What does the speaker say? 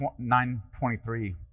9:23